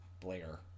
Blair